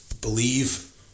Believe